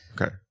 Okay